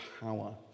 power